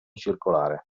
circolare